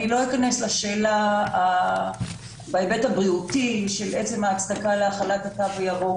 אני לא אכנס לשאלה בהיבט הבריאותי של עצם ההצדקה להחלת התו הירוק